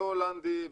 לא הולנדי,